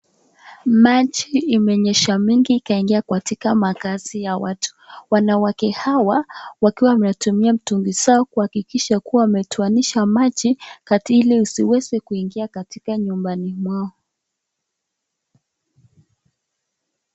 Maji imenyesha mingi ikaingia katika makaazi ya watu, wanawake hawa wakiwa wanatumia mtungi zao kuhakikisha kuwa wametoanisha maji ili isiweze kuingia katika nyumbani mwao.